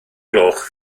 gloch